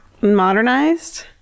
modernized